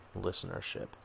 listenership